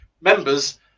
members